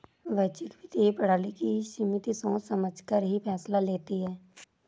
वैश्विक वित्तीय प्रणाली की समिति सोच समझकर ही फैसला लेती है